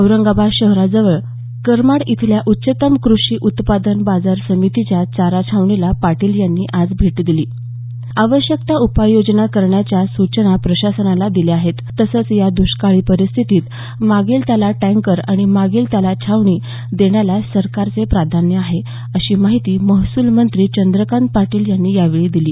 औरंगाबाद शहराजवळील करमाड इथल्या उच्चतम कृषी उत्पन्न बाजार समितीच्या चारा छावणीला पाटील यांनी आज भेट दिली आवश्यक त्या उपाययोजना करण्याच्या सूचना प्रशासनाला दिलेल्या आहेत तसचं या द्ष्काळी परिस्थितीत मागेल त्याला टँकर आणि मागेल त्याला छावणी देण्याला शासनाचे प्राधान्य आहे अशी माहिती महसूलमंत्री चंद्रकांत पाटील यांनी यावेळी दिली